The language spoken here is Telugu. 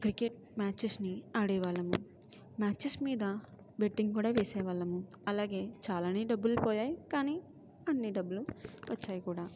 క్రికెట్ మ్యాచెస్ని ఆడేవాళ్ళము మ్యాచెస్ మీద బెట్టింగ్ కూడా వేసేవాళ్ళము అలాగే చాలానే డబ్బులు పోయాయి కానీ అన్నీ డబ్బులు వచ్చాయి కూడా